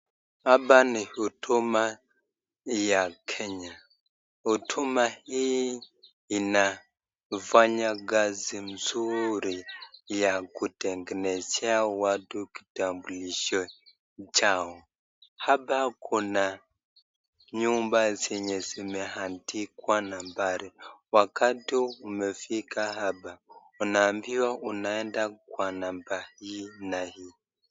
Hapa ni huduma ya Kenya. Huduma hii inafanya kazi nzuri ya kutengenezea watu kitambulisho chao. Hapa kuna nyumba zenye zimeandikwa nambari. Wakati umefika hapa unaambiwa unaenda kwa number hii na hii.